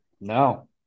No